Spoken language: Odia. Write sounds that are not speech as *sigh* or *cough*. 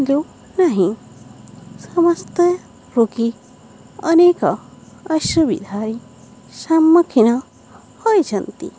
*unintelligible* ନାହିଁ ସମସ୍ତେ ରୋଗୀ ଅନେକ ଅସୁବିଧାରେ ସମ୍ମୁଖୀନ ହୋଇଛନ୍ତି